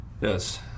Yes